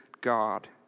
God